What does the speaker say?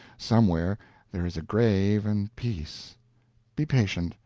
somewhere there is a grave and peace be patient,